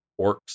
orcs